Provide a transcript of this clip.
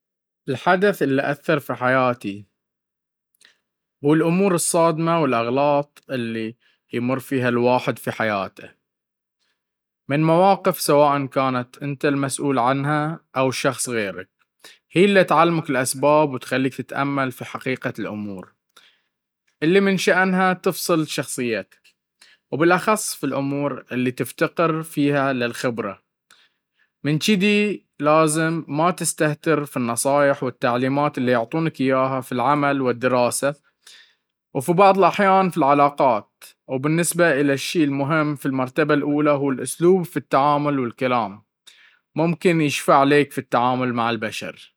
الحدث اللي اثر في حياتي و الأمور الصادمة والأغلاط اللي يمر فيها الواحد في حياته, من مواقف سواء كنت انت المسؤول عنها أو شخص غيرك هي اللي تعلمك الأسباب وتخليك تتأمل في حقيقة الأمور اللي من شأنها تفصل شخصيتك. وبالأخص في الأمور اللي تفتقر فيها للخبرة, من جذي لازم ما تستهتر في النصايح والتعليمات اللي يعطونك اياها في العمل والدراسة وفي بعض الأحيان في العلاقات. وبالنسبة الي الشيئ المهم في المرتبة الأولى هو الأسلوب في التعامل والكلام ممكن يشفع ليك في التعامل مع البشر.